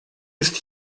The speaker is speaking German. ist